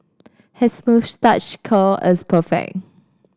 his moustache curl is perfect